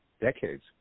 decades